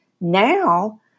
Now